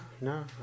no